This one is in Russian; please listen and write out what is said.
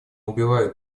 убивают